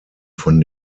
von